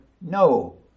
no